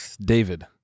David